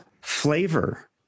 flavor